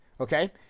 Okay